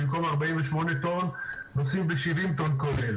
במקום 48 טון נוסעים ב-70 טון כולל.